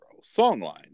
Songline